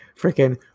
freaking